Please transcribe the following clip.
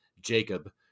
Jacob